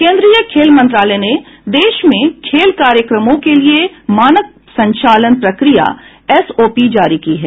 केंद्रीय खेल मंत्रालय ने देश में खेल कार्यक्रमों के लिए मानक संचालन प्रक्रिया एसओपी जारी की है